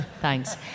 Thanks